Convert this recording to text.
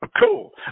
Cool